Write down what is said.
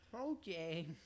Okay